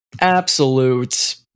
absolute